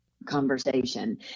conversation